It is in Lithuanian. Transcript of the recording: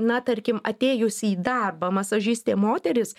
na tarkim atėjusi į darbą masažistė moteris